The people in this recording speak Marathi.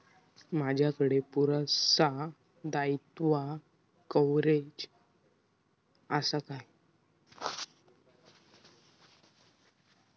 माजाकडे पुरासा दाईत्वा कव्हारेज असा काय?